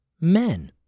men